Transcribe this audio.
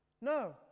No